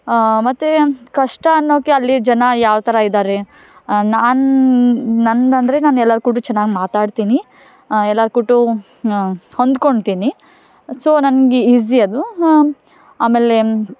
ಆಂ ಮತ್ತು ಕಷ್ಟ ಅನ್ನೋಕ್ಕೆ ಅಲ್ಲಿಯ ಜನ ಯಾವ ಥರ ಇದ್ದಾರೆ ನಾನು ನಂದು ಅಂದರೆ ನಾನು ಎಲ್ಲಾರ ಕೂಡು ಚೆನ್ನಾಗಿ ಮಾತಾಡ್ತೀನಿ ಎಲ್ಲಾರ ಕೂಡೂ ಹೊಂದ್ಕೊಂಳ್ತೀನಿ ಸೊ ನನಗೆ ಈಸಿ ಅದು ಹ್ಞೂ ಆಮೇಲೆ